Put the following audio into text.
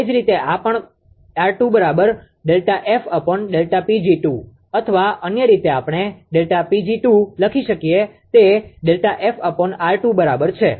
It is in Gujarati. એ જ રીતે આ માટે પણ 𝑅2 બરાબર Δ𝐹Δ 𝑃𝑔2 અથવા અન્ય રીતે આપણે Δ 𝑃𝑔2 લખી શકીએ તે Δ𝐹𝑅2 બરાબર છે